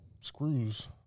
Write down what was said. screws